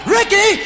Ricky